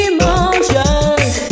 Emotions